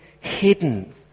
hidden